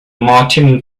martin